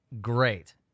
great